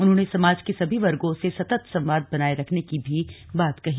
उन्होंने समाज के सभी वर्गो से सतत संवाद बनाये रखने की भी बात कही